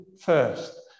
first